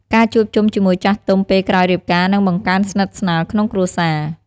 ការជួបជុំជាមួយចាស់ទុំពេលក្រោយរៀបការនឹងបង្កើនស្និទ្ធស្នាលក្នុងគ្រួសារ។